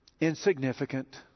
insignificant